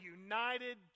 united